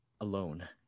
alone